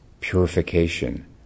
purification